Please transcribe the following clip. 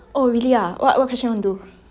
oh really ah what what question you want to do